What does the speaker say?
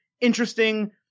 interesting